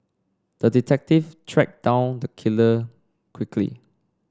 the detective tracked down the killer quickly